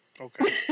Okay